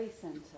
center